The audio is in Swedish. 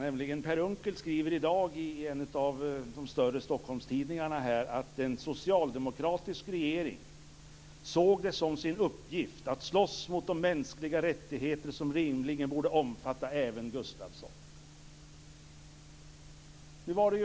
Per Unckel skriver i dag i en av de större Stockholmstidningarna att en socialdemokratisk regering såg det som sin uppgift att slåss mot de mänskliga rättigheter som rimligen borde omfatta även Gustafsson.